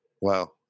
Wow